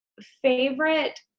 favorite